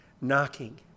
knocking